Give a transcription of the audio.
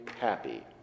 happy